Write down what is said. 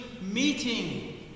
meeting